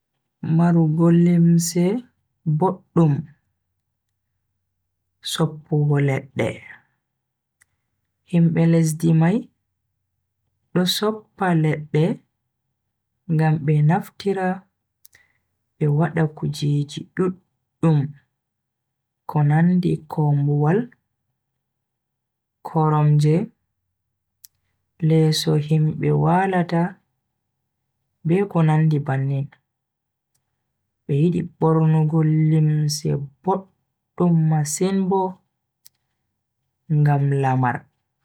Marugo limse boddum, soppugo ledde. Himbe lesdi mai do soppa ledde ngam be naftira be wada kujeji duddum ko nandi kombuwal, koromje, leso himbe walata be ko nandi bannin. Be yidi bornugo limse boddum masin bo ngam lamar.